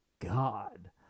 God